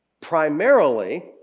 primarily